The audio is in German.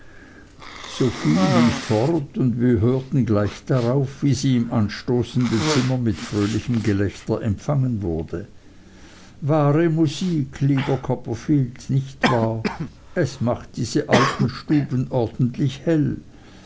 sophie lief fort und wir hörten gleich darauf wie sie im anstoßenden zimmer mit fröhlichem gelächter empfangen wurde wahre musik lieber copperfield nicht wahr es macht diese alten stuben ordentlich hell